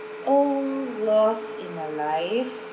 oh loss in my life